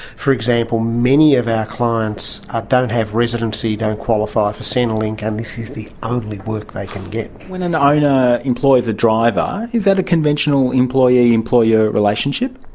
for example, many of our clients ah don't have residency, don't qualify for centrelink and this is the only work they can get. when an owner employs a driver, is that a conventional employee employer relationship?